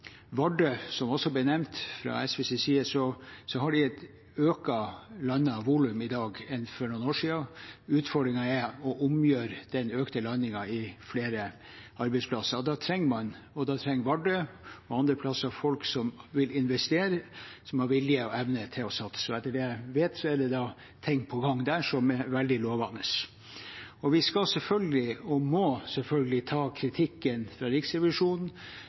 Vardø, som også ble nevnt fra SVs side, har de et økt landet volum i dag enn for noen år siden. Utfordringen er å omsette den økte landingen i flere arbeidsplasser. Da trenger man – og da trenger Vardø og andre plasser – folk som vil investere, som har vilje og evne til å satse. Etter det jeg vet, er det ting på gang der som er veldig lovende. Vi skal selvfølgelig, og må selvfølgelig, ta kritikken fra Riksrevisjonen